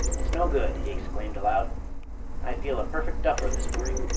it's no good, he exclaimed aloud i feel a perfect duffer this morning.